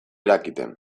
irakiten